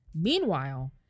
Meanwhile